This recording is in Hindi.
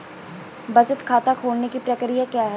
बचत खाता खोलने की प्रक्रिया क्या है?